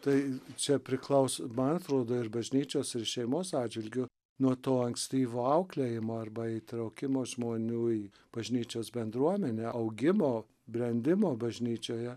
tai čia priklauso man atrodo ir bažnyčios ir šeimos atžvilgiu nuo to ankstyvo auklėjimo arba įtraukimo žmonių į bažnyčios bendruomenę augimo brendimo bažnyčioje